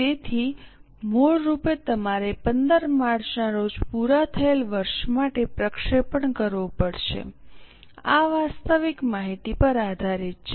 તેથી મૂળરૂપે તમારે 15 માર્ચના રોજ પૂરા થયેલા વર્ષ માટે પ્રક્ષેપણ કરવું પડશે આ વાસ્તવિક માહિતી પર આધારિત છે